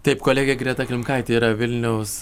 taip kolegė greta klimkaitė yra vilniaus